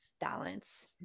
balance